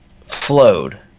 flowed